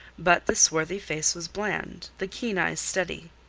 but the swarthy face was bland, the keen eyes steady.